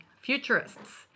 futurists